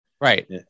Right